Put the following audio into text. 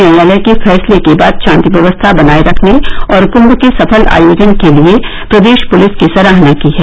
इन्यायालय के फैसले के बाद शांति व्यवस्था बनाये रखने और कंभ के सफल आयोजन के लिए प्रदेश पुलिस की सराहना की हैं